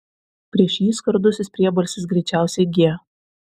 prieš jį skardusis priebalsis greičiausiai g